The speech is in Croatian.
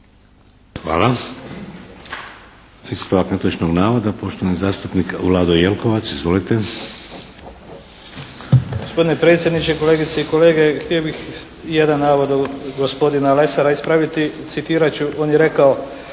Hvala. Ispravak netočnog navoda poštovani zastupnik Vlado Jelkovac. Izvolite. **Jelkovac, Vlado (HDZ)** Gospodine predsjedniče, kolegice i kolege. Htio bih jedan navod gospodina Lesara ispraviti. Citirat ću. On je rekao